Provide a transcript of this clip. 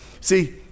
See